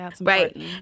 Right